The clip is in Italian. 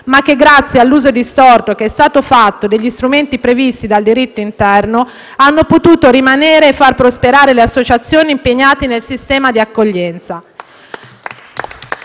ma che, grazie all'uso distorto che è stato fatto degli strumenti forniti dal diritto interno, hanno potuto rimanere e far prosperare le associazioni impegnate nel sistema di accoglienza.